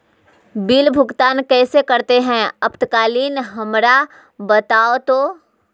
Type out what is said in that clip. Bill भुगतान कैसे करते हैं आपातकालीन हमरा बताओ तो?